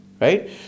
right